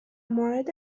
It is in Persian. مورد